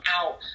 out